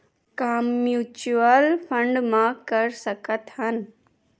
का mutual fund म कर सकत हन?